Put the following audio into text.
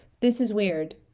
this is weird